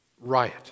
riot